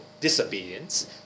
disobedience